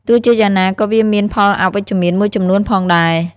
ទោះជាយ៉ាងណាវាក៏មាន ផលអវិជ្ជមាន មួយចំនួនផងដែរ។